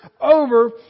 over